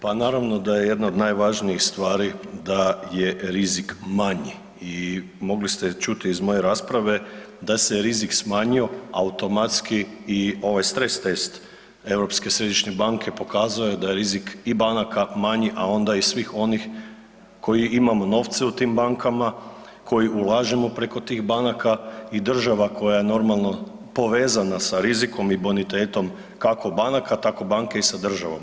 Pa naravno da je jedna od najvažnijih stvari da je rizik manji i mogli ste čuti iz moje rasprave da se rizik smanjio i automatski ovaj stres test Europske središnje banke pokazao je da je i rizik banaka manji, a onda i svih onih koji imamo novce u tim bankama, koji ulažemo preko tih banaka i država koja je normalno povezana sa rizikom i bonitetom kako banaka tako banke i sa državom.